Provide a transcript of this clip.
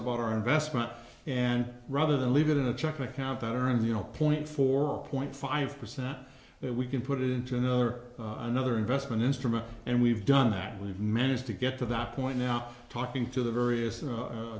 about our investment and rather than leave it in a checking account that are in the you know point four point five percent that we can put it into another another investment instrument and we've done that we've managed to get to that point now talking to the various